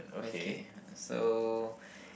okay so